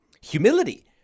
humility